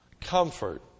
Comfort